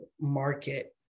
market